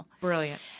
Brilliant